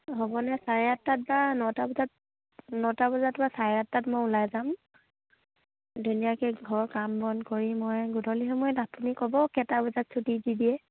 হ'বনে চাৰে আঠটাত বা নটা বজাত নটা বজাত বা চাৰে আঠটাত মই ওলাই যাম ধুনীয়াকৈ ঘৰৰ কাম বন কৰি মই গধূলি সময়ত আপুনি ক'ব কেইটা বজাত ছুটি দি দিয়ে